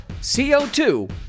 CO2